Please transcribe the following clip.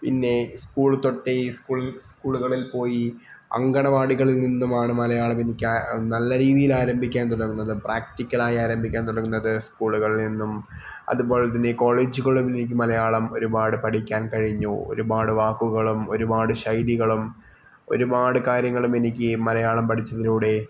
പിന്നേ സ്കൂള് തൊട്ടേ ഈ സ്കൂള് സ്കൂളില് പോയി അങ്കണവാടികളില് നിന്നുമാണ് മലയാളം എനിക്ക് നല്ല രീതിയിൽ ആരംഭിക്കാൻ തുടങ്ങുന്നത് പ്രാക്റ്റിക്കലായി ആരംഭിക്കാന് തുടങ്ങുന്നത് സ്കൂളുകളിൽ നിന്നും അതുപോലെ തന്നെ കോളേജുകളിലേക്കും മലയാളം ഒരുപാട് പഠിക്കാൻ കഴിഞ്ഞു ഒരുപാട് വാക്കുകളും ഒരുപാട് ശൈലികളും ഒരുപാട് കാര്യങ്ങളുമെനിക്ക് മലയാളം പഠിച്ചതിലൂടെ